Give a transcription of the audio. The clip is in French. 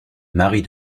marie